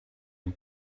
han